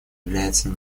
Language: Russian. является